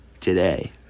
today